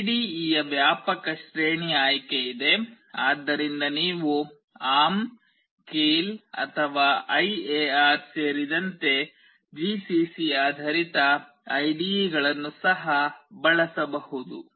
IDE ಯ ವ್ಯಾಪಕ ಶ್ರೇಣಿಯ ಆಯ್ಕೆ ಇದೆ ಆದ್ದರಿಂದ ನೀವು ARM ಕೈಲ್ ಅಥವಾ IAR ಸೇರಿದಂತೆ ಜಿಸಿಸಿ ಆಧಾರಿತ IDE ಗಳನ್ನು ಸಹ ಬಳಸಬಹುದು